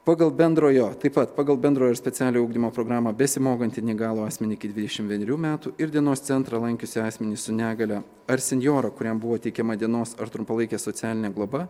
pagal bendrojo taip pat pagal bendrojo ir specialiojo ugdymo programą besimokantį neįgalų asmenį iki dvidešimt vienerių metų ir dienos centrą lankiusį asmenį su negalia ar senjoro kuriam buvo teikiama dienos ar trumpalaikė socialinė globa